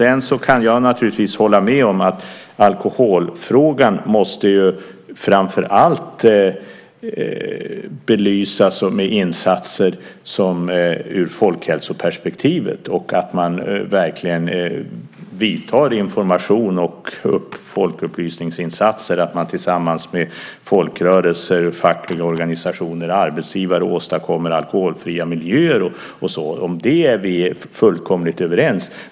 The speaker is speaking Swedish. Jag kan naturligtvis hålla med om att alkoholfrågan framför allt måste belysas ur folkhälsoperspektivet. Man bör verkligen vidta informations och folkupplysningsinsatser för att tillsammans med folkrörelser, fackliga organisationer och arbetsgivare åstadkomma alkoholfria miljöer. Om det är vi fullkomligt överens.